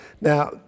Now